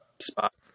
spot